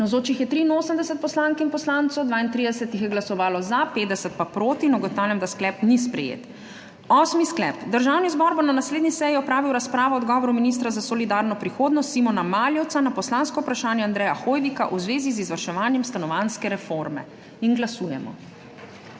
Navzočih je 83 poslank in poslancev, 32 jih je glasovalo za, 50 pa proti. (Za je glasovalo 32.) (Proti 50.) Ugotavljam, da sklep ni sprejet. Osmi sklep: Državni zbor bo na naslednji seji opravil razpravo o odgovoru ministra za solidarno prihodnost Simona Maljevca na poslansko vprašanje Andreja Hoivika v zvezi z izvrševanjem stanovanjske reforme. Glasujemo.